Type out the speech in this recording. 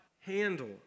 handle